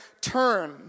turn